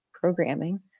programming